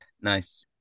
nice